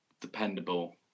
dependable